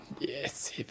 Yes